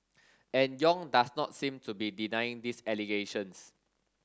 and Yong does not seem to be denying these allegations